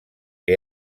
que